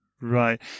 Right